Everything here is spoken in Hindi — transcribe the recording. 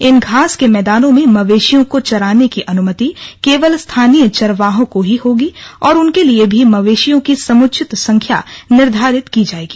इन घास के मैदानों में मवेशियों को चराने की अनुमति केवल स्थानीय चरवाहों को ही होगी और उनके लिए भी मवेशियों की समुचित संख्या निर्धारित की जायेगी